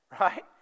right